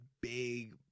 big